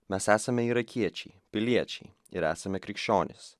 mes esame irakiečiai piliečiai ir esame krikščionys